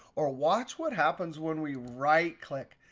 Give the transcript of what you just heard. or watch what happens when we right click.